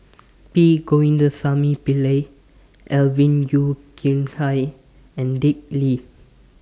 P Govindasamy Pillai Alvin Yeo Khirn Hai and Dick Lee